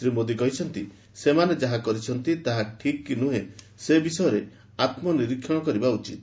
ଶ୍ରୀ ମୋଦୀ କହିଛନ୍ତି ସେମାନେ ଯାହା କରିଛନ୍ତି ତାହା ଠିକ୍ କି ନୁହେଁ ସେ ବିଷୟରେ ଆତ୍ମନିରୀକ୍ଷଣ କରିବା ଉଚିତ୍